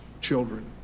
children